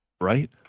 right